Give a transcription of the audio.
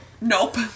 Nope